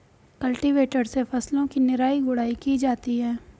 cultivator से फसलों की निराई गुड़ाई की जाती है